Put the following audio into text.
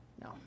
No